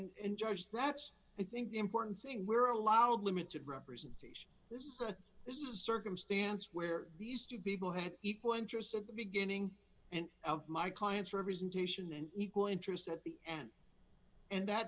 and judge that's i think the important thing we're allowed limited represent this is this is a circumstance where these two people had equal interest at the beginning and my client's representation and equal interest at the end and that